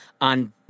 on